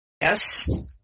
Yes